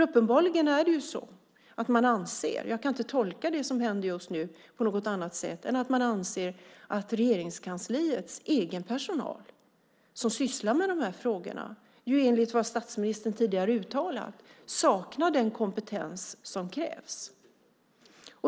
Uppenbarligen anser man - jag kan inte tolka det som händer just nu på något annat sätt - att Regeringskansliets egen personal, som sysslar med de här frågorna, enligt vad statsministern tidigare uttalat saknar den kompetens som krävs.